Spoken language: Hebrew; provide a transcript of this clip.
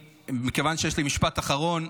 מכיוון שיש לי משפט אחרון,